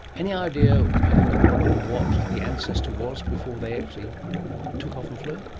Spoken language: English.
any idea who or what the ancestor was before they actually took off and flew?